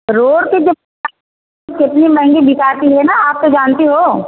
road के जमी कितनी महंगी बिकती है आप तो जानती हो